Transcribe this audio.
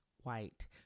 white